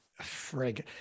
frig